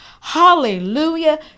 Hallelujah